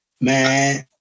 Man